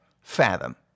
fathom